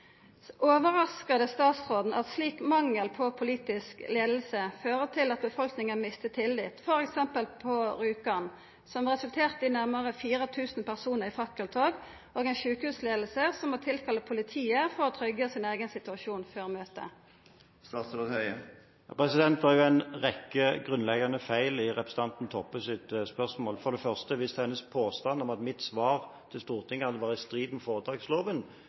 statsråden at slik mangel på politisk leiing fører til at befolkninga mistar tillit, f.eks. på Rjukan, som resulterte i at nærmare 4 000 personar gjekk i fakkeltog, og at sjukehusleiinga måtte tilkalla politiet for å trygga sin eigen situasjon før møtet? Det er en rekke grunnleggende feil i representanten Toppes spørsmål. For det første: Hvis hennes påstand om at mitt svar til Stortinget hadde vært i strid med